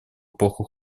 эпоху